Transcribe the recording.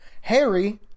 Harry